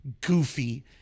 goofy